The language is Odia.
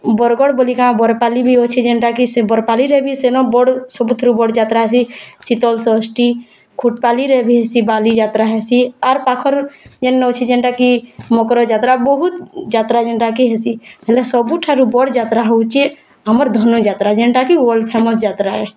ବରଗଡ଼୍ ବୋଲି କାଁ ବରପାଲି ବି ଅଛି ଯେନ୍ତା କି ସେ ବରପାଲିରେ ବି ସେନ ବଡ଼୍ ସବୁଠାରୁ ବଡ଼୍ ଯାତ୍ରା ହେସି ଶୀତଳ ଷଷ୍ଠୀ ଖୁଟପାଲିରେ ଭି ଏସି ବାଲି ଯାତ୍ରା ହେସି ଆର୍ ପାଖରୁ ଯେନ୍ ହଉଚି ଯେନ୍ଟା କି ମକର୍ ଯାତ୍ରା ବହୁତ୍ ଯାତ୍ରା ଯେନ୍ତା କି ହେସି ହେଲେ ସବୁଠାରୁ ବଡ଼୍ ଯାତ୍ରା ହଉଚେ ଆମର ଧନୁଯାତ୍ରା ଯେନ୍ଟା କି ୱାଲ୍ର୍ଡ଼ ଫେମସ୍ ଯାତ୍ରା ଏ